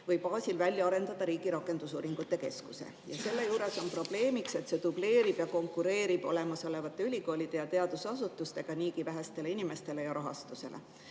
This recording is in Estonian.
või baasil välja arendada riigi rakendusuuringute keskuse ja selle juures on probleemiks, et see dubleerib ja konkureerib olemasolevate ülikoolide ja teadusasutustega niigi väheste inimeste ja rahastuse